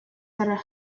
had